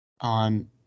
on